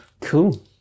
Cool